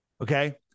Okay